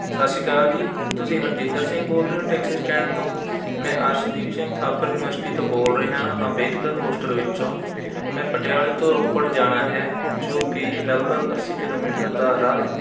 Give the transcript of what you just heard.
ਸਤਿ ਸ਼੍ਰੀ ਅਕਾਲ ਜੀ ਤੁਸੀਂ ਹਰਜਿੰਦਰ ਸਿੰਘ ਬੋਲ ਰਹੇ ਹੋ ਟੈਕਸੀ ਸਟੈਂਡ ਤੋਂ ਮੈਂ ਅਰਸ਼ਦੀਪ ਸਿੰਘ ਥਾਪਰ ਯੂਨੀਵਰਸਿਟੀ ਤੋਂ ਬੋਲ ਰਿਹਾਂ ਹਾਂ ਅੰਬੇਦਕਰ ਹੋਸਟਲ ਵਿੱਚੋਂ ਮੈਂ ਪਟਿਆਲੇ ਤੋਂ ਰੋਪੜ ਜਾਣਾ ਹੈ ਜੋ ਕਿ ਲਗਭਗ ਅੱਸੀ ਕਿਲੋਮੀਟਰ ਦਾ ਰਾਹ ਹੈ